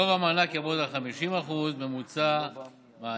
גובה המענק יעמוד על 50% מממוצע מענק